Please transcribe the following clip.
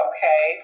Okay